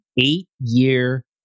eight-year